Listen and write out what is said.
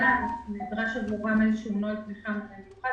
נדרש עבורם איזה נוהל תמיכה מיוחד